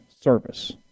service